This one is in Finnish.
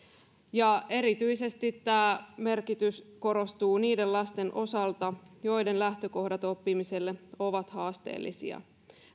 erityisesti tämä merkitys korostuu niiden lasten osalta joiden lähtökohdat oppimiselle ovat haasteellisia